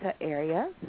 area